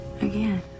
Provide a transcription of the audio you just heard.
Again